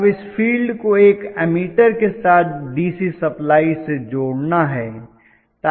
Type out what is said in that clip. अब इस फील्ड को एक एमीटर के साथ डीसी सप्लाई से जोड़ना है